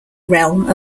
realm